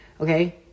Okay